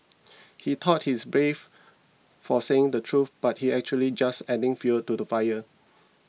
he thought he's brave for saying the truth but he's actually just adding fuel to the fire